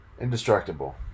Indestructible